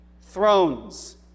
thrones